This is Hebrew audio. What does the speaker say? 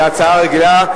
כהצעה רגילה,